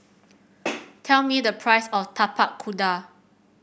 tell me the price of Tapak Kuda